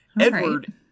edward